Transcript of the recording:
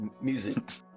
music